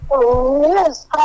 Yes